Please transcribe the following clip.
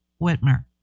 Whitmer